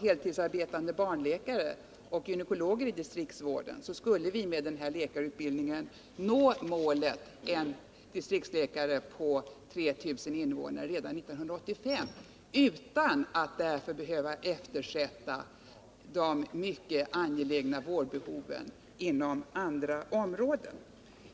heltidsarbetande barnläkare och gynekologer i distriktsvården, skulle vi med den nuvarande allmänläkarutbildningen nå målet med en distriktsläkare på 3 000 invånare redan 1985 utan att därför behöva eftersätta de mycket angelägna vårdbehoven inom andra områden.